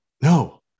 No